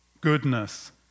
goodness